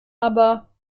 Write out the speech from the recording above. aber